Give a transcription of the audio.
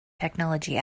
technology